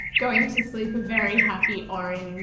going to sleep a very happy orange